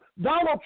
Donald